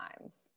times